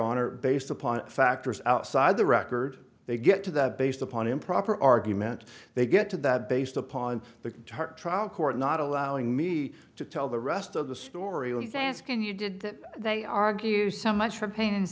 honor based upon factors outside the record they get to that based upon improper argument they get to that based upon the trial court not allowing me to tell the rest of the story only fans can you did they argue so much for pain and